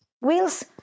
wheels